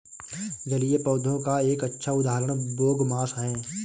जलीय पौधों का एक अच्छा उदाहरण बोगमास है